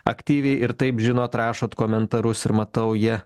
aktyviai ir taip žinot rašot komentarus ir matau jie